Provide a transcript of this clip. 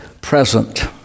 present